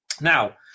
Now